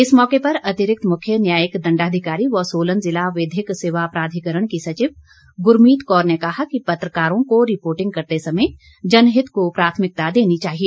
इस मौके पर अतिरिक्त मुख्य न्यायिक दंडाधिकारी व सोलन ज़िला विधिक सेवा प्राधिकरण की सचिव गुरमीत कौर ने कहा कि पत्रकारों को रिपोर्टिंग करते समय जनहित को प्राथमिकता देनी चाहिए